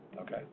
okay